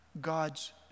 God's